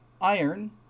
iron